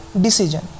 decision